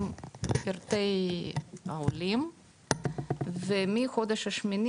עם פרטי העולים ומחודש השמיני,